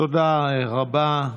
תודה רבה.